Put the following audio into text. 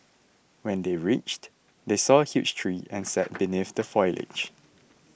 when they reached they saw a huge tree and sat beneath the foliage